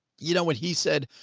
you know what he said?